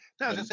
no